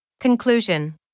Conclusion